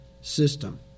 system